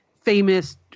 famous